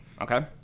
Okay